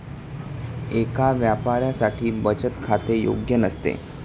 एका व्यापाऱ्यासाठी बचत खाते योग्य नसते